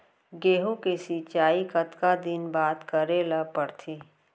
गेहूँ के सिंचाई कतका दिन बाद करे ला पड़थे?